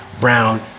brown